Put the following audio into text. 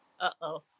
Uh-oh